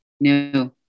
No